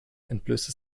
entblößte